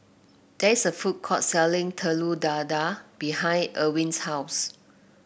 there is a food court selling Telur Dadah behind Irwin's house